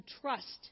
trust